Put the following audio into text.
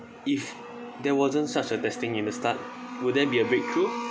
if there wasn't such a testing in the start would there be a breakthrough